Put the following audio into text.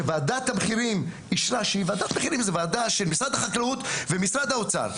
ועדת הבכירים זו ועדה של משרד החקלאות ומשרד האוצר,